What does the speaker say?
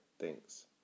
Thanks